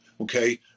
Okay